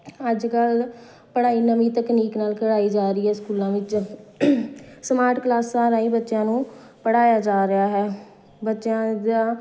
ਅੱਜ ਕੱਲ੍ਹ ਪੜ੍ਹਾਈ ਨਵੀਂ ਤਕਨੀਕ ਨਾਲ ਕਰਾਈ ਜਾ ਰਹੀ ਹੈ ਸਕੂਲਾਂ ਵਿੱਚ ਸਮਾਰਟ ਕਲਾਸਾਂ ਰਾਹੀਂ ਬੱਚਿਆਂ ਨੂੰ ਪੜ੍ਹਾਇਆ ਜਾ ਰਿਹਾ ਹੈ ਬੱਚਿਆਂ ਦਾ